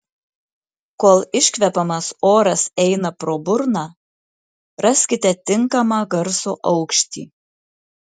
kol iškvepiamas oras eina pro burną raskite tinkamą garso aukštį